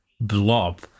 blob